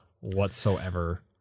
whatsoever